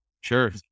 Sure